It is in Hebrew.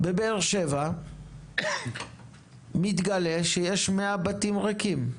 בבאר שבע מתגלה שיש 100 בתים ריקים.